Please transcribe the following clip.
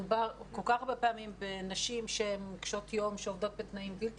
מדובר כל כך הרבה פעמים בנשים שהן קשות יום שעובדות בתנאים בלתי